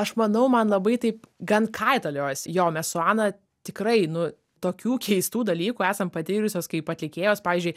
aš manau man labai taip gan kaitaliojasi jo mes su ana tikrai nu tokių keistų dalykų esam patyrusios kaip atlikėjos pavyzdžiui